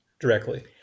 directly